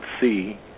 see